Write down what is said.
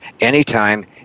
anytime